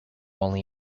only